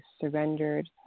surrendered